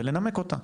ולנמק אותה.